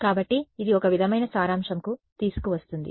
కాబట్టి ఇది ఒక విధమైన సారాంశంకు తీసుకు వస్తుంది